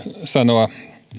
sanoa